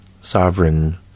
sovereign